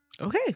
Okay